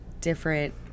different